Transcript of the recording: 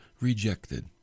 rejected